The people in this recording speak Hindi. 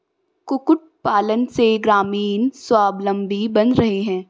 कुक्कुट पालन से ग्रामीण स्वाबलम्बी बन रहे हैं